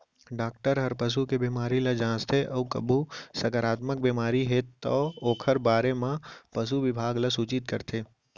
doctor हर पसू के बेमारी ल जांचथे अउ कभू संकरामक बेमारी हे तौ ओकर बारे म पसु बिभाग ल सूचित करथे